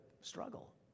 struggle